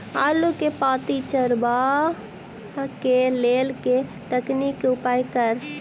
आलु केँ पांति चरावह केँ लेल केँ तकनीक केँ उपयोग करऽ?